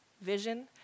vision